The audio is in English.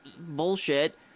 bullshit